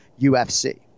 UFC